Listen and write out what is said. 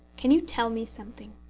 can you tell me something?